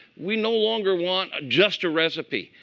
we no longer want just a recipe.